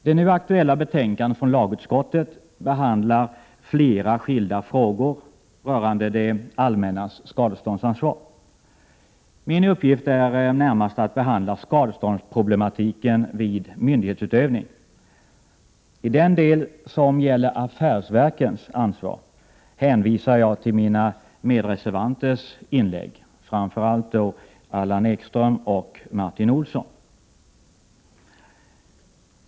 Det nu aktuella betänkandet från lagutskottet behandlar flera skilda frågor rörande det allmännas skadeståndsansvar. Min uppgift är närmast att behandla skadeståndsproblematiken vid myndighetsutövning. I den del som gäller affärsverkens ansvar hänvisar jag till mina medreservanters inlägg, framför allt inlägg från Allan Ekström och Martin Olsson.